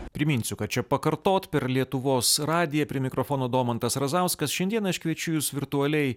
priminsiu kad čia pakartot per lietuvos radiją prie mikrofono domantas razauskas šiandieną aš kviečiu jus virtualiai